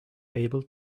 able